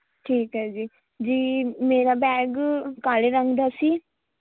ਠੀਕ ਹੈ ਜੀ ਜੀ ਮੇਰਾ ਬੈਗ ਕਾਲੇ ਰੰਗ ਦਾ ਸੀ